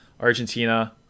Argentina